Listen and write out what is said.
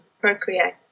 procreate